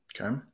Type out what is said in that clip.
okay